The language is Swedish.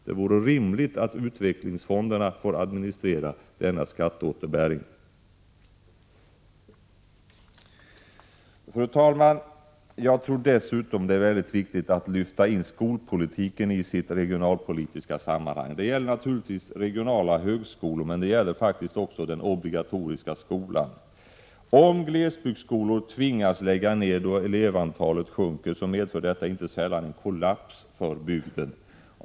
Det vore rimligt att utvecklingsfonderna får administrera denna ”skatteåterbäring”. Fru talman! Jag tror att det är viktigt att lyfta in skolpolitiken i sitt regionalpolitiska sammanhang. Det gäller här inte bara regionala högskolor utan faktiskt också den obligatoriska skolan. Om man tvingas lägga ned glesbygdsskolor på grund av att elevantalet sjunker, medför detta inte sällan en kollaps för bygden.